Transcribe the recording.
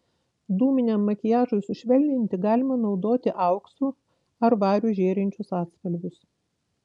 dūminiam makiažui sušvelninti galima naudoti auksu ar variu žėrinčius atspalvius